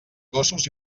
gossos